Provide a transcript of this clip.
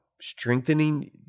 strengthening